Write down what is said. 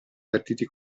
partiti